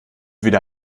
wieder